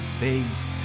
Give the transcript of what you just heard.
face